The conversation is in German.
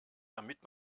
damit